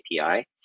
API